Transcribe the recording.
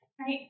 Right